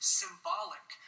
symbolic